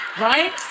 right